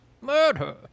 Murder